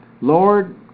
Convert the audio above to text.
Lord